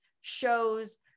shows